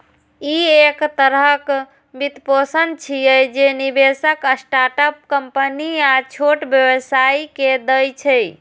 ई एक तरहक वित्तपोषण छियै, जे निवेशक स्टार्टअप कंपनी आ छोट व्यवसायी कें दै छै